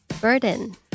Burden